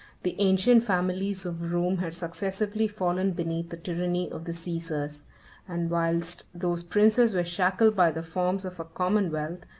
the ancient families of rome had successively fallen beneath the tyranny of the caesars and whilst those princes were shackled by the forms of a commonwealth,